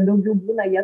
daugiau būna jie